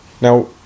Now